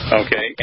okay